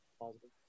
positive